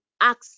ask